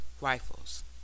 rifles